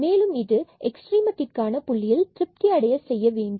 மேலும் இது எக்ஸ்ட்ரீமத்திற்கான புள்ளியில் திருப்தி அடைய செய்ய வேண்டும்